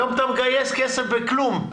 היום אתה מגייס כסף בכלום,